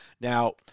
Now